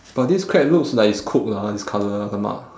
but this crab looks like it's cooked lah this colour !alamak!